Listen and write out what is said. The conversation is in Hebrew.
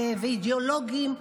אידיאולוגיים,